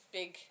big